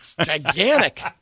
Gigantic